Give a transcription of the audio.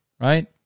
right